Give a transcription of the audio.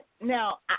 now